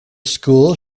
school